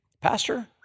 Pastor